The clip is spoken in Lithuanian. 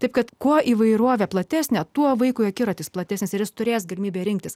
taip kad kuo įvairovė platesnė tuo vaikui akiratis platesnis ir jis turės galimybę rinktis